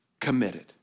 Committed